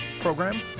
program